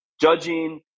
judging